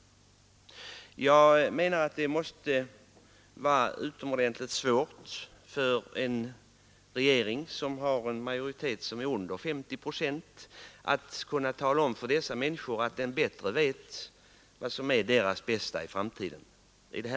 Jag menar att det måste vara utomordentligt svårt för en regering med mindre än 50 procent av väljarna bakom sig att tala om för de berörda människorna att regeringen vet bättre vad som är dessa människors bästa.